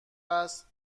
است